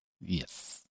Yes